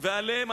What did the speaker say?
ועליהם,